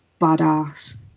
badass